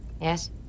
Yes